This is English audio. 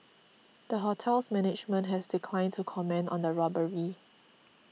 the hotel's management has declined to comment on the robbery